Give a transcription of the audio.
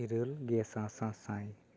ᱤᱨᱟᱹᱞᱜᱮ ᱥᱟᱥᱟᱥᱟᱭ